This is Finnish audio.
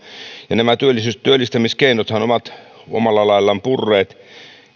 ja nämä työllistämiskeinothan ovat omalla laillaan purreet